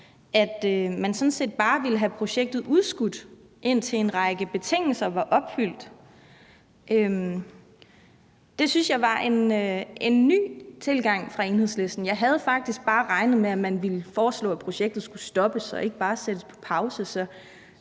at man sådan set bare ville have projektet udskudt, indtil en række betingelser var opfyldt. Det syntes jeg var en ny tilgang fra Enhedslisten. Jeg havde faktisk bare regnet med, at man ville foreslå, at projektet skulle stoppes og ikke bare sættes på pause,